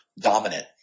dominant